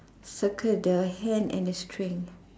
circle the hand and the string